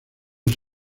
muy